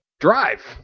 Drive